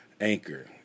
Anchor